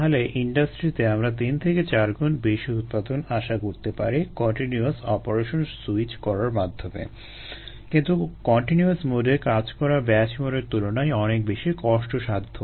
তাহলে ইন্ডাস্ট্রিতে আমরা তিন থেকে চারগুণ বেশি উৎপাদন আশা করতে পারি কন্টিনিউয়াস অপারেশনে সুইচ করার মাধ্যমে কিন্তু কন্টিনিউয়াস মোডে কাজ করা ব্যাচ মোডের তুলনায় অনেক বেশি কষ্টসাধ্য